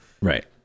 Right